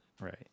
Right